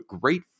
great